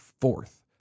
fourth